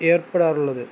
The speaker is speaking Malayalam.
ഏർപ്പെടാറുള്ളത്